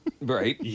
Right